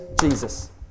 Jesus